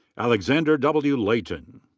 alexander w. layton.